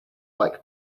like